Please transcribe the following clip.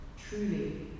Truly